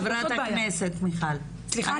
סליחה,